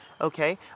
Okay